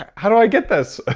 ah how do i get this?